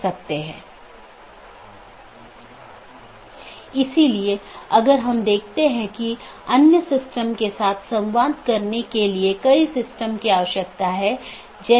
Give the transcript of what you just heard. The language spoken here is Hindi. क्योंकि प्राप्त करने वाला स्पीकर मान लेता है कि पूर्ण जाली IBGP सत्र स्थापित हो चुका है यह अन्य BGP साथियों के लिए अपडेट का प्रचार नहीं करता है